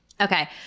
Okay